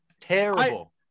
Terrible